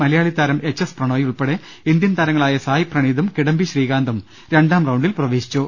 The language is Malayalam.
മലയാളി താരം എച്ച് എസ് പ്രണോയി ഉൾപ്പെടെ ഇന്ത്യൻ താരങ്ങളായ സായ് പ്രണീതും കിഡംബി ശ്രീകാന്തും രണ്ടാം റൌണ്ടിൽ പ്രവേശിച്ചു